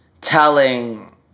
telling